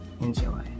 Enjoy